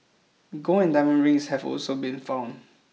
gold and diamond rings have also been found